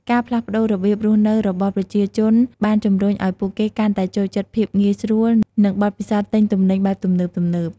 ការផ្លាស់ប្តូររបៀបរស់នៅរបស់ប្រជាជនបានជំរុញឲ្យពួកគេកាន់តែចូលចិត្តភាពងាយស្រួល និងបទពិសោធន៍ទិញទំនិញបែបទំនើបៗ។